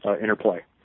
interplay